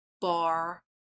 bar